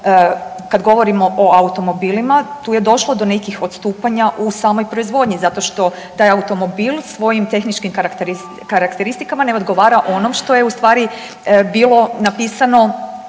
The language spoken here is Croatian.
kad govorimo o automobilima tu je došlo do nekih odstupanja u samoj proizvodnji zato što taj automobil svojim tehničkim karakteristikama ne odgovara onom što je u stvari bilo napisano